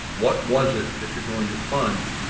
what was it that you're going to fund,